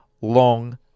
long